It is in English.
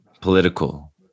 political